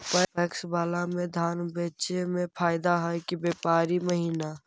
PACS बाला में धान बेचे मे फायदा है कि व्यापारी महिना?